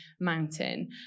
mountain